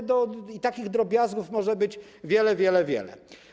I takich drobiazgów może być wiele, wiele, wiele.